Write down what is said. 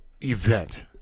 event